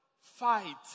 fight